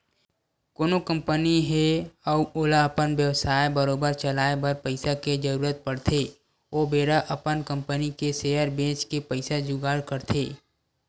कोनो कंपनी हे अउ ओला अपन बेवसाय बरोबर चलाए बर पइसा के जरुरत पड़थे ओ बेरा अपन कंपनी के सेयर बेंच के पइसा जुगाड़ करथे